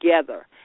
together